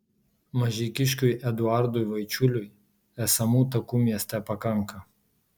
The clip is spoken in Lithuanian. mažeikiškiui eduardui vaičiuliui esamų takų mieste pakanka